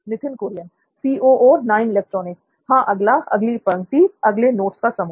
नित्थिन कुरियन हां अगला अगली पंक्ति अगले नोट्स का समूह